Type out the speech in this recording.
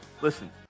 Listen